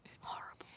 horrible